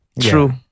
True